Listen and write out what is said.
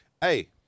hey